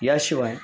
याशिवाय